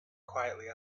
quietly